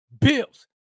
bills